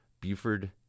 Buford